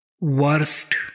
worst